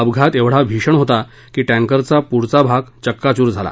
अपघात एवढा भीषण होता की टँकरच्या पुढचा भाग चक्काचूर झाला